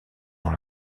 dans